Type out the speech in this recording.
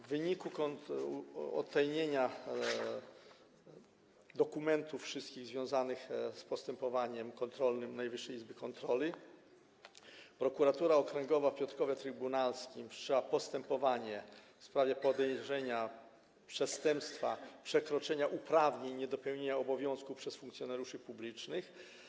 W wyniku odtajnienia wszystkich dokumentów związanych z postępowaniem kontrolnym Najwyższej Izby Kontroli Prokuratura Okręgowa w Piotrkowie Trybunalskim wszczęła postępowanie w sprawie podejrzenia popełnienia przestępstwa przekroczenia uprawnień, niedopełnienia obowiązków przez funkcjonariuszy publicznych.